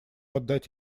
отдать